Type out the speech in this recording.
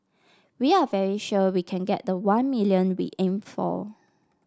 we are very sure we can get the one million we aimed for